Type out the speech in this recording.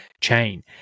chain